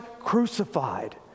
crucified